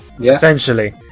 essentially